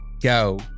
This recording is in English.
go